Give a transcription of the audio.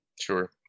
Sure